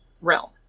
realm